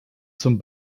zum